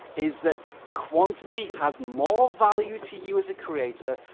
is that quantity has more value to you as a creator,